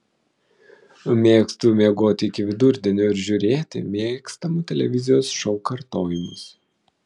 mėgstu miegoti iki vidurdienio ir žiūrėti mėgstamų televizijos šou kartojimus